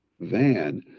van